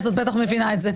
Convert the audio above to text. אז את בטח מבינה את זה.